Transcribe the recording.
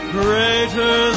greater